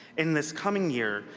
in this coming year,